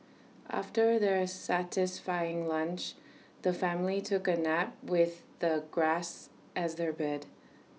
after their satisfying lunch the family took A nap with the grass as their bed